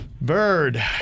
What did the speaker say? Bird